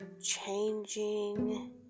changing